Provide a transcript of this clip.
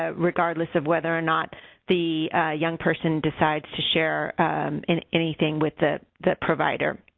ah regardless of whether or not the young person decides to share and anything with the. the provider